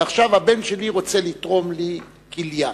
ועכשיו הבן שלי רוצה לתרום לי כליה,